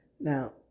Now